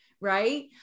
right